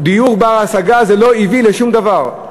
דיור, דיור בר-השגה, זה לא הביא לשום דבר.